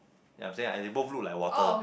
ya I'm saying ah they both look like water